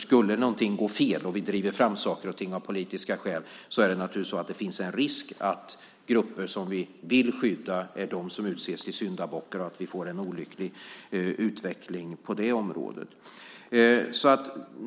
Skulle något gå fel - om vi driver fram något av politiska skäl - finns det en risk att de grupper som vi vill skydda är de som utses till syndabockar och att det blir en olycklig utveckling på det området.